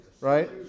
Right